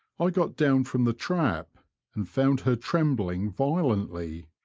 i got down from the trap and found her trembling violently,